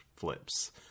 flips